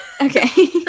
Okay